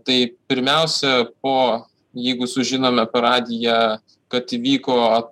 tai pirmiausia po jeigu sužinome per radiją kad įvyko